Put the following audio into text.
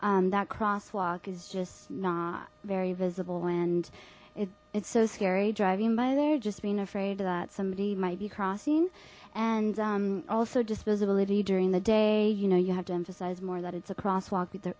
that crosswalk is just not very visible and it's so scary driving by there just being afraid that somebody might be crossing and also just visibility during the day you know you have to emphasize more that it's a crosswalk